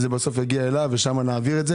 זה בסוף יגיע אליו ושם נעביר את זה.